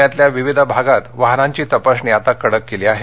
पृण्यातल्या विविध भागात वाहनांची तपासणी आता कडक केली आहे